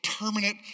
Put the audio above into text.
permanent